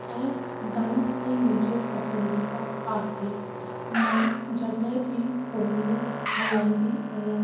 ऐं डांस ई मुंहिंजो पसंदीदा आहे मां जॾहिं बि फोन हलाईंदी आहियां